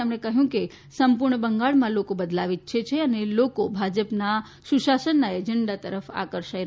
તેમણે કહ્યું છે કે સંપૂર્ણ બંગાળમાં લોકો બદલાવ ઈચ્છે છે અને લોકો ભાજપાના સુશાસનના એજેંડા તરફ આકર્ષી રહ્યા છે